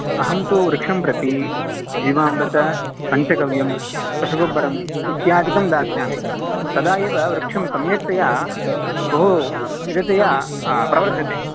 अहं तु वृक्षं प्रति जीवामृतपञ्चगव्यं रसगोब्बरं इत्यादिकं दास्यामि तदा एव वृक्षं सम्यक्तया बहु स्थिरतया प्रवृद्धते